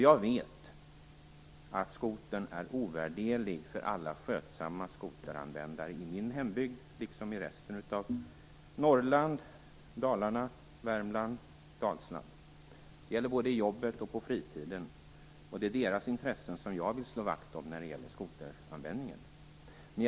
Jag vet att skotern är ovärderlig för alla skötsamma skoteranvändare i min hembygd liksom i resten av Norrland, Dalarna, Värmland och Dalsland. Det gäller både i jobbet och på fritiden. Det är deras intressen som jag vill slå vakt om när det gäller skoteranvändningen.